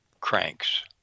cranks